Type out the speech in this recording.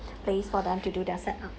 place for them to do their set up